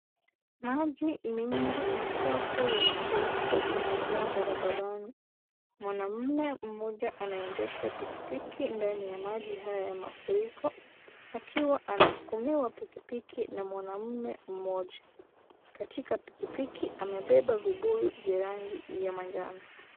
Maji mengi machafu ya mafuriko yamejaa barabarani. Mwanaume mmoja anaendesha pikipiki ndani ya maji haya ya mafuriko akiwa anasukumiwa pikipiki na mwanaume mmoja. Katika pikipiki, amebeba vibuyu vya rangi ya manjano.